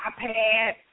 iPad